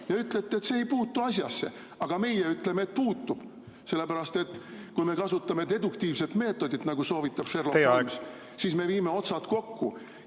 ja ütlete, et see ei puutu asjasse. Aga meie ütleme, et puutub, sellepärast et kui me kasutame deduktiivset meetodit, nagu soovitab Sherlock Holmes … Teie aeg!